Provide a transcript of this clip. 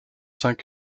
cinq